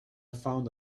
found